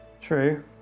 True